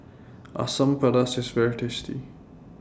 Asam Pedas IS very tasty